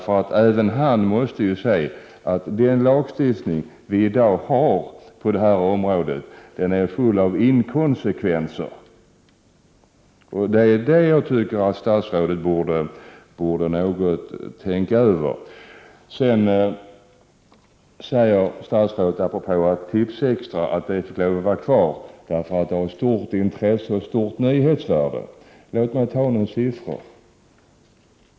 Även han måste se att den lagstiftning vi i dag har på detta område är full av inkonsekvenser. Det är detta jag tycker att statsrådet borde tänka över något. Statsrådet säger att Tipsextra fick lov att vara kvar därför att det har stort intresse och stort nyhetsvärde. Låt mig nämna några siffror.